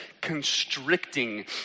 constricting